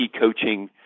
coaching